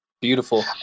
Beautiful